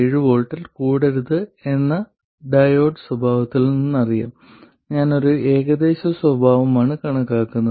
7 V ൽ കൂടരുത് എന്ന് ഡയോഡ് സ്വഭാവത്തിൽ നിന്ന് അറിയാം ഞാൻ ഏകദേശ സ്വഭാവമാണ് കണക്കാക്കുന്നത്